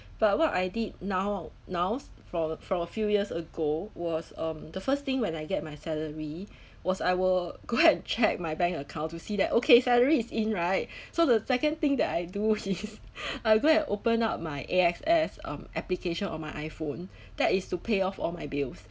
but what I did now now for for a few years ago was um the first thing when I get my salary was I will go and check my bank account to see that okay salary is in right so the second thing that I do is I go and open up my A_X_S um application on my iphone that is to pay off all my bills